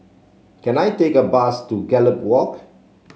can I take a bus to Gallop Walk